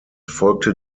folgte